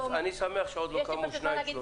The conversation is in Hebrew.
אנחנו שמחים שעדיין לא קמו שניים-שלושה.